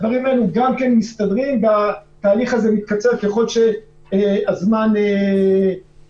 הדברים האלה מסתדרים והתהליך הזה מתקצר ככל שהזמן חולף.